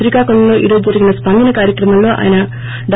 శ్రీకాకుళంలో ఈ రోజు జరిగిన స్పందన కార్యక్రమంలో ఆయన డా